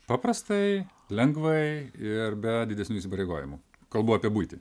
paprastai lengvai ir be didesnių įsipareigojimų kalbu apie buitį